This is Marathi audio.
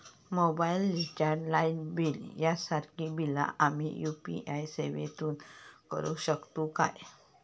मोबाईल रिचार्ज, लाईट बिल यांसारखी बिला आम्ही यू.पी.आय सेवेतून करू शकतू काय?